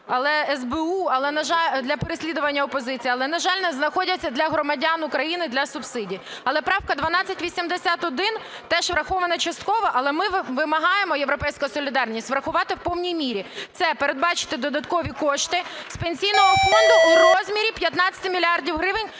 СБУ, для переслідування опозиції, але, на жаль, не знаходяться для громадян України для субсидій. Але правка 1281 теж врахована частково, але ми вимагаємо, "Європейська солідарність", врахувати в повній мірі. Це передбачити додаткові кошти з Пенсійного фонду у розмірі 15 мільярдів